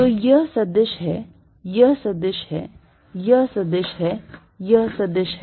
तो यह सदिश है यह सदिश है यह सदिश है यह सदिश है